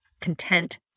content